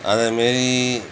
அதை மீறி